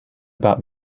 about